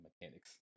mechanics